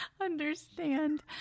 understand